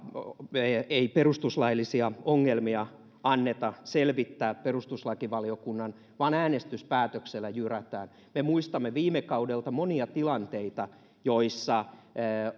ei perustuslaillisia ongelmia anneta selvittää perustuslakivaliokunnan vaan äänestyspäätöksellä jyrätään me muistamme viime kaudelta monia tilanteita joissa